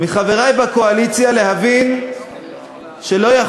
אני מבקש מחברי בקואליציה להבין שלא יכול